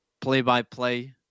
play-by-play